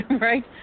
right